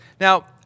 Now